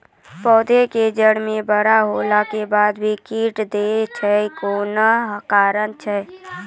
पौधा के जड़ म बड़ो होला के बाद भी काटी दै छै कोन कारण छै?